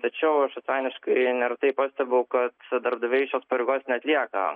tačiau aš asmeniškai neretai pastebiu kad darbdaviai šios pareigos neatlieka